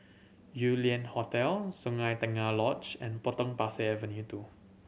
Yew Lian Hotel Sungei Tengah Lodge and Potong Pasir Avenue Two